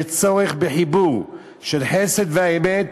יש צורך בחיבור של החסד והאמת,